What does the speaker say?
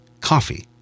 Coffee